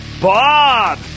Bob